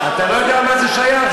אתה לא יודע מה זה שייך?